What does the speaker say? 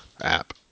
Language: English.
app